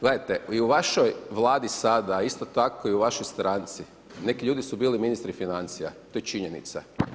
Gledajte, i u vašoj Vladi sada a isto tako i u vašoj stranci, neki ljudi su bili ministri financija, to je činjenica.